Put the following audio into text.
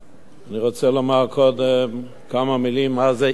אני רוצה לומר קודם כמה מלים מה זה היל"ה.